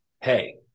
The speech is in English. Hey